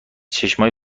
چشمای